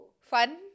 Fun